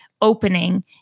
opening